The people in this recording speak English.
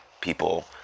people